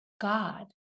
God